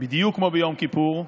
בדיוק כמו ביום כיפור,